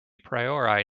priori